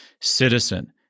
citizen